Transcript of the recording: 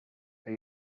are